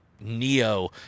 neo